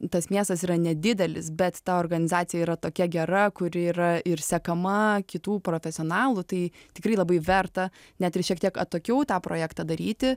tas miestas yra nedidelis bet ta organizacija yra tokia gera kur yra ir sekama kitų profesionalų tai tikrai labai verta net ir šiek tiek atokiau tą projektą daryti